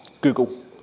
Google